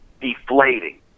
deflating